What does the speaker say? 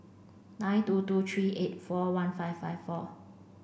nine two two three eight four one five five four